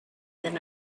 that